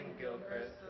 Gilchrist